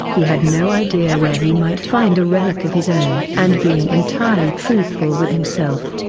he had no idea where he might find a relic of his own. and being entirely truthful with himself,